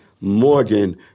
Morgan